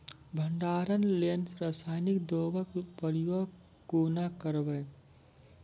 भंडारणक लेल रासायनिक दवेक प्रयोग कुना करव?